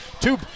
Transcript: Two